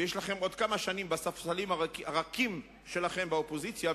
ויש לכם עוד כמה שנים בספסלים הרכים שלכם באופוזיציה,